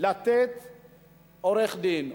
לתת עורך-דין,